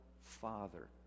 Father